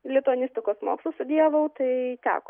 lituanistikos mokslus studijavau tai teko